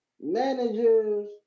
managers